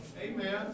Amen